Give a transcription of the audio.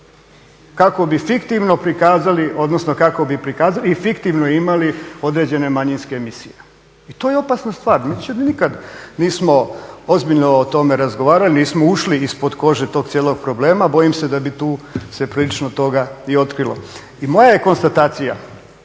kako bi fiktivno prikazali, odnosno kako bi prikazali, i fiktivno imali određene manjinske emisije. I to je opasna stvar, inače mi nikad nismo ozbiljno o tome razgovarali, nismo ušli ispod kože tog cijelog problema. Bojim se da bi tu se prilično toga i otkrilo. I moja je konstatacija,